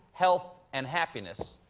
health and happiness.